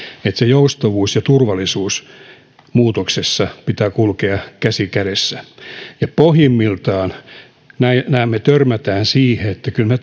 että muutoksessa sen joustavuuden ja turvallisuuden pitää kulkea käsi kädessä pohjimmiltaan me törmäämme siihen että kyllä me